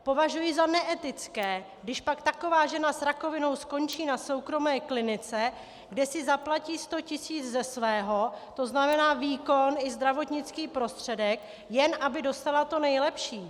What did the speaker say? Považuji za neetické, když pak taková žena s rakovinou skončí na soukromé klinice, kde si zaplatí sto tisíc ze svého, to znamená výkon i zdravotnický prostředek, jen aby dostala to nejlepší.